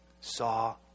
saw